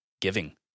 giving